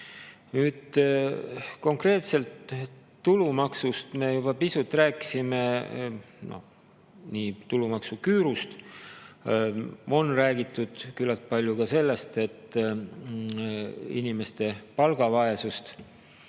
Nüüd, konkreetselt tulumaksust me juba pisut rääkisime. Tulumaksuküürust on räägitud, küllalt palju ka sellest, et inimeste palgavaesust